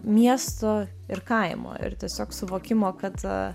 miesto ir kaimo ir tiesiog suvokimo kad